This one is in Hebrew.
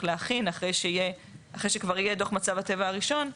להכין אחרי שכבר יהיה דוח מצב הטבע הראשון.